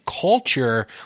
culture